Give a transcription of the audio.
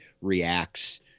reacts